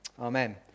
Amen